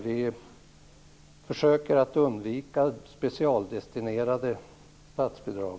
Vi försöker att undvika specialdestinerade statsbidrag.